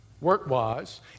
work-wise